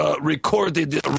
recorded